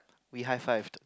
we hi fived